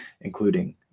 including